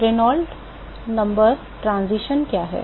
Reynolds संख्याट्रांजिशन क्या है